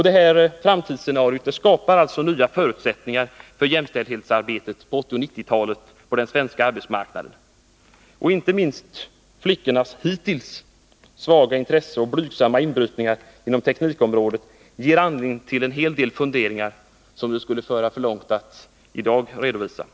Detta framtidsscenario skapar alltså delvis nya förutsättningar för jämställdhetsarbetet på den svenska arbetsmarknaden på 1980 och 1990-talen. Inte minst flickornas hittills svaga intresse för och blygsamma inbrytningar på teknikområdet ger anledning till en hel del funderingar. Det skulle dock föra för långt att i dag redovisa dem.